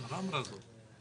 השרה אמרה זאת.